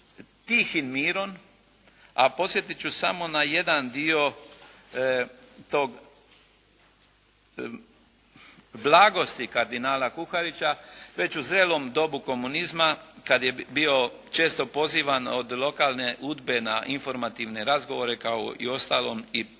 tihim mirom, a podsjetit ću samo na jedan dio tog blagosti kardinala Kuharića već u zrelom dobu komunizma kad je bio često pozivam od lokalne UDBA-e na informativne razgovore kao i ostalom i predsjednikovog